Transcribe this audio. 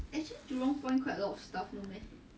jurong point quite a lot of stuff